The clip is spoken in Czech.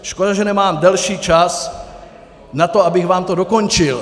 Škoda, že nemám delší čas na to, abych vám to dokončil.